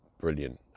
brilliant